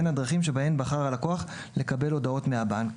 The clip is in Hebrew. הדרכים שבהן בחר הלקוח לקבל הודעות מהבנק.